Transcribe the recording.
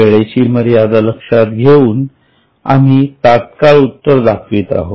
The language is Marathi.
वेळेची मर्यादा लक्षात घेऊन आम्ही तात्काळ उत्तर दाखवित आहोत